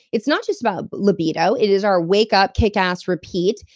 it's not just about libido, it is our wake up, kick ass, repeat.